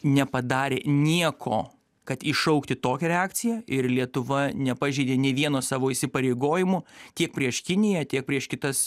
nepadarė nieko kad iššaukti tokią reakciją ir lietuva nepažeidė nė vieno savo įsipareigojimo tiek prieš kiniją tiek prieš kitas